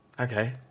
okay